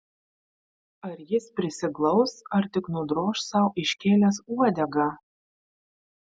ar jis prisiglaus ar tik nudroš sau iškėlęs uodegą